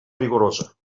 rigorosa